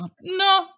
No